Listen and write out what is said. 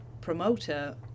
promoter